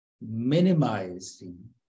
Minimizing